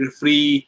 free